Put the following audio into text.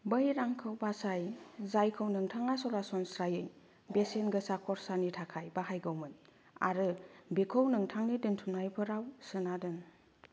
बै रांखौ बासाय जायखौ नोंथाङा सरासनस्रायै बेसेन गोसा खरसानि थाखाय बाहायगौमोन आरो बेखो नोंथांनि दोनथुमनायफोराव सोना दोन